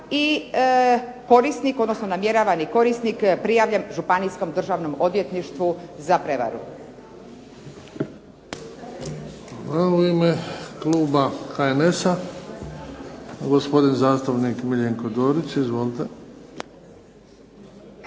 i korisnik, odnosno namjeravani korisnik prijavljen Županijskom državnom odvjetništvu za prevaru.